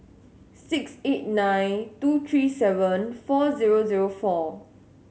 six eight nine two three seven four zero zero four